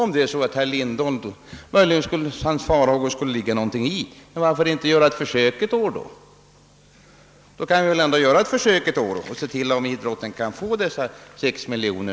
Men om det möjligen skulle ligga något i herr Lindholms farhågor, varför då inte göra ett försök ett år och se om idrotten kan få dessa 6 miljoner?